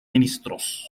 ministros